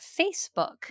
Facebook